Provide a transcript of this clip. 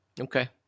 Okay